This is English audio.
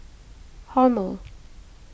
Hormel